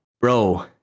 bro